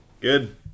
good